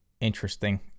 interesting